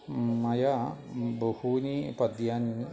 मया बहूनि पद्यानि